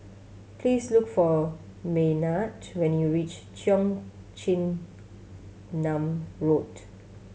please look for Maynard when you reach Cheong Chin Nam Road